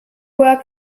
work